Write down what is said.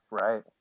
Right